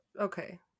Okay